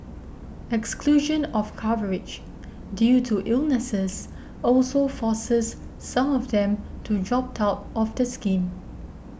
exclusion of coverage due to illnesses also forces some of them to dropped out of the scheme